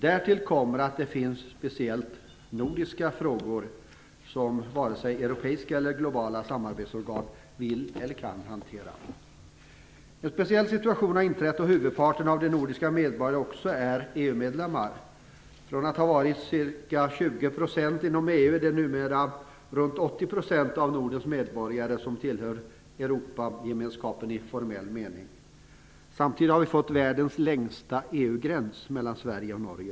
Därtill kommer att det finns speciellt "nordiska frågor" som varken europeiska eller globala samarbetsorgan vill eller kan hantera. En speciell situation har inträtt i och med att merparten av de nordiska medborgarna också är EU medlemmar. Från att ha varit ca 20 % inom EU är det numera runt 80 % av Nordens medborgare som tillhör Eruopagemenskapen i formell mening. Samtidigt har gränsen mellan Sverige och Norge blivit den längsta EU-gränsen.